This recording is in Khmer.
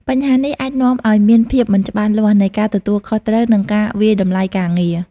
បញ្ហានេះអាចនាំឱ្យមានភាពមិនច្បាស់លាស់នៃការទទួលខុសត្រូវ និងការវាយតម្លៃការងារ។